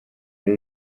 iri